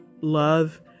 love